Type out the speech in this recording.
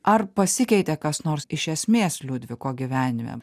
ar pasikeitė kas nors iš esmės liudviko gyvenime